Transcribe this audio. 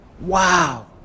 Wow